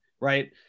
right